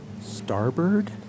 starboard